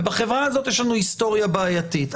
ובחברה הזאת יש לנו היסטוריה בעייתית.